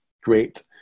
great